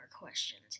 questions